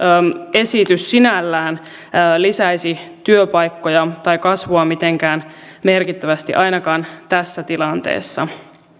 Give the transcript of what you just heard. esitys sinällään lisäisi työpaikkoja tai kasvua mitenkään merkittävästi ainakaan tässä tilanteessa